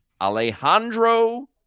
Alejandro